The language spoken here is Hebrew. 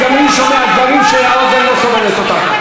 גם אני שומע דברים שהאוזן לא סובלת אותם.